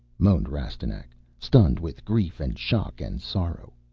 moaned rastignac, stunned with grief and shock and sorrow.